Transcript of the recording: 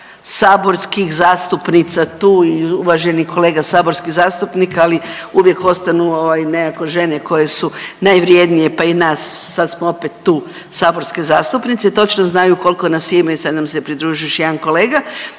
saborskih zastupnica tu i uvaženih kolega saborskih zastupnika, ali uvijek ostanu ovaj nekako žene koje su najvrjednije, pa i nas, sad smo opet tu saborske zastupnice, točno znaju koliko nas ima i sad nam se pridružio još jedan kolega,